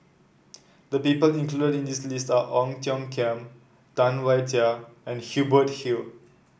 the people included in this list are Ong Tiong Khiam Tam Wai Jia and Hubert Hill